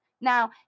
Now